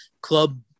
club